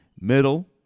Middle